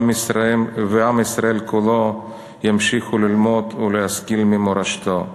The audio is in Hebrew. ישראל כולו ימשיכו ללמוד ולהשכיל ממורשתו.